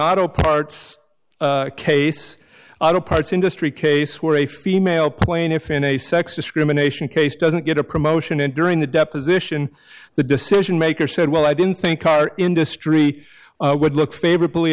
auto parts case auto parts industry case where a female plaintiff in a sex discrimination case doesn't get a promotion and during the deposition the decision maker said well i didn't think our industry would look favorably